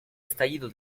estallido